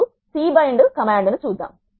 ఇప్పుడు C bind చూద్దాం